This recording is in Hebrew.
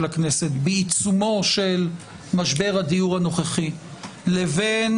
הכנסת בעיצומו של משבר הדיור הנוכחי לבין